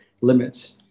limits